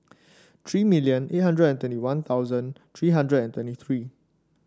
three million eight hundred and twenty One Thousand three hundred and twenty three